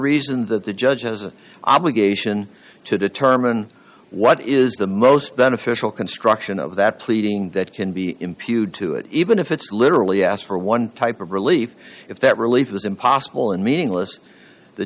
reason that the judge has an obligation to determine what is the most beneficial construction of that pleading that can be imputed to it even if it's literally asked for one type of relief if that relief was impossible and meaningless the